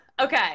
Okay